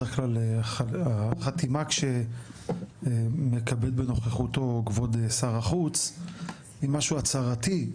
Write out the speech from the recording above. בדרך כלל החתימה שמכבד בנוכחותו כבוד שר החוץ משהו הצהרתי,